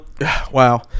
wow